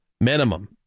Minimum